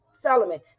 Solomon